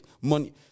money